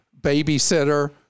babysitter